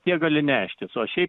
tiek gali neštis o šiaip